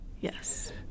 Yes